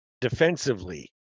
Defensively